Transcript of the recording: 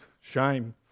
shame